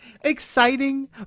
Exciting